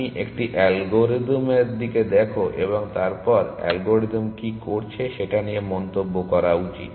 তুমি একটি অ্যালগরিদমের দিকে দেখো এবং তারপর অ্যালগরিদম কি করছে সেটা নিয়ে মন্তব্য করা উচিত